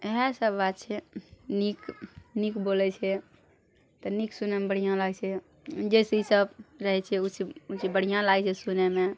इएह सब बात छै नीक नीक बोलै छै तऽ नीक सुनैमे बढ़िऑं लागै छै जे चीज सब रहै छै ओ चीज ओ चीज बढ़िऑं लागै छै सुनैमे